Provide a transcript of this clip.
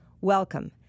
Welcome